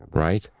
right?